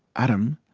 adam,